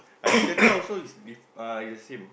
I think the cow also is diff~ uh it's the same